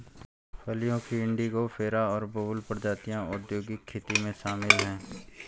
फलियों की इंडिगोफेरा और बबूल प्रजातियां औद्योगिक खेती में शामिल हैं